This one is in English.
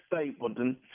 Stapleton